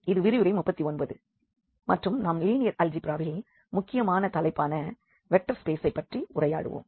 இது விரிவுரை 39 மற்றும் நாம் லீனியர் அல்ஜீப்ராவில் முக்கியமான தலைப்பான வெக்டர் ஸ்பேஸசை பற்றி உரையாடுவோம்